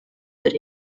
but